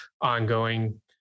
ongoing